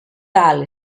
tal